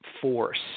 force